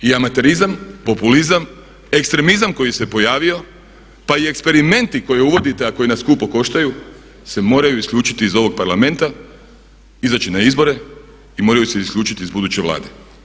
I amaterizam, populizam, ekstremizam koji se pojavio pa i eksperimenti koje uvodite a koji nas skupo koštaju se moraju isključiti iz ovog Parlamenta, izaći na izbore i moraju se isključiti iz buduće Vlade.